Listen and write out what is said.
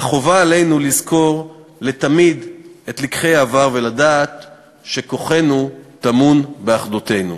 אך חובה עלינו לזכור לתמיד את לקחי העבר ולדעת שכוחנו טמון באחדותנו.